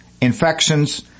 infections